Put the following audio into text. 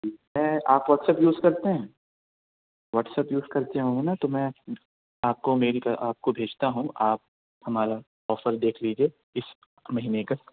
میں آپ WhatsApp use کرتے ہیں واٹس ایپ یُوز کرتے ہوں گے نا تو میں آپ کو میری آپ کو بھیجتا ہوں آپ ہمارا آفر دیکھ لیجیے اِس مہینے کا